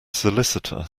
solicitor